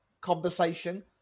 conversation